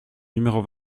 numéro